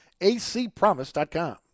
acpromise.com